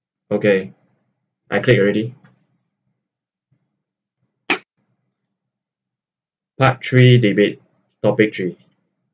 okay I click already part three debate topic three